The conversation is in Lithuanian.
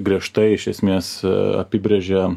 griežtai iš esmės apibrėžia